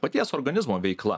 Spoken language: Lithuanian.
paties organizmo veikla